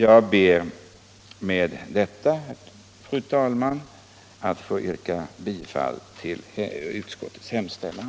Jag ber med detta, fru talman, att få yrka bifall till utskottets hemställan.